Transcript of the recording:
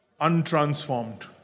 untransformed